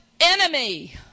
enemy